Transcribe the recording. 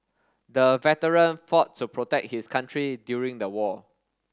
the veteran fought to protect his country during the war